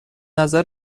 نظر